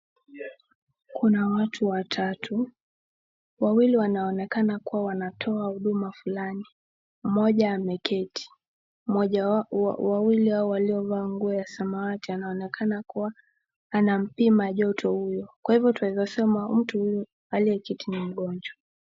Kuna watu watatu. Wawili wanaonekana kuwa wanatoa huduma fulani. Mmoja ameketi. Mmoja wa wawili hao waliovaa nguo ya samawati anaonekana kwa anampima joto huyo. Kwa hivyo twaeza sema mtu aliyeketi ni mgonjwa.